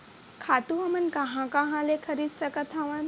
खातु हमन कहां कहा ले खरीद सकत हवन?